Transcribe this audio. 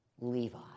Levi